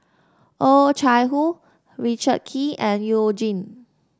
Oh Chai Hoo Richard Kee and You Jin